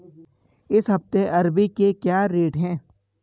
इस हफ्ते अरबी के क्या रेट हैं?